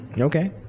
Okay